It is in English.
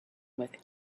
with